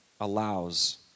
allows